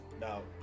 No